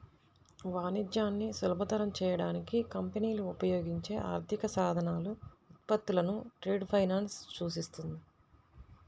వాణిజ్యాన్ని సులభతరం చేయడానికి కంపెనీలు ఉపయోగించే ఆర్థిక సాధనాలు, ఉత్పత్తులను ట్రేడ్ ఫైనాన్స్ సూచిస్తుంది